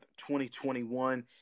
2021